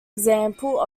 example